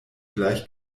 gleich